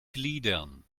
gliedern